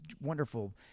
wonderful